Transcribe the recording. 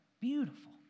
beautiful